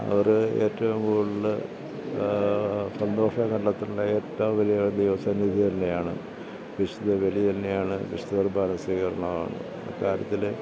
അവർ ഏറ്റവും കൂടുതൽ സന്തോഷം കണ്ടെത്തുന്ന ഏറ്റവും വലിയ വലിയ അവസരം ഇത് തന്നെയാണ് വിശുദ്ധ ബലി തന്നെയാണ് വിശുദ്ധ കുർബ്ബാന സ്വീകരണമാണ് കാര്യത്തിൽ